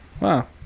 Wow